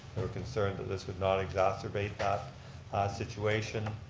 were concerned that this would not exacerbate that situation.